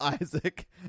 Isaac